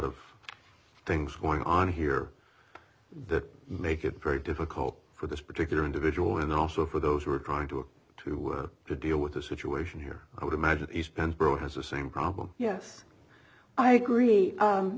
of things going on here that make it very difficult for this particular individual and also for those who are trying to to work to deal with the situation here i would imagine he's been pro has the same problem yes i agree